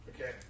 Okay